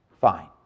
Fine